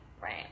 right